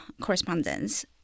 correspondence